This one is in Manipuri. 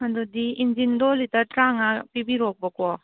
ꯑꯗꯨꯗꯤ ꯏꯟꯖꯤꯟꯗꯣ ꯂꯤꯇꯔ ꯇ꯭ꯔꯥꯡꯉꯥ ꯄꯤꯕꯤꯔꯛꯑꯣꯕꯀꯣ